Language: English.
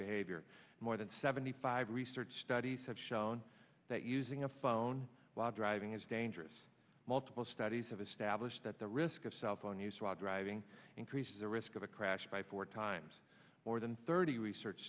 behavior more than seventy five research studies have shown that using a phone while driving is dangerous multiple studies of establish that the risk of cell phone use while driving increases the risk of a crash by four times more than thirty research